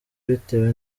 bitewe